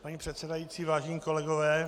Paní předsedající, vážení kolegové.